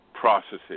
processing